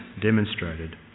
demonstrated